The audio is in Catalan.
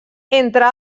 entre